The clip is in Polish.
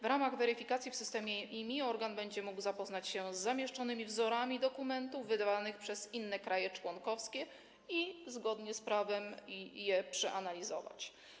W ramach weryfikacji w systemie IMI organ będzie mógł zapoznać się z zamieszczonymi wzorami dokumentów wydawanych przez inne kraje członkowskie i zgodnie z prawem je przeanalizować.